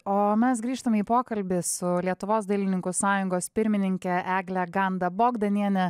o mes grįžtame į pokalbį su lietuvos dailininkų sąjungos pirmininke egle ganda bogdaniene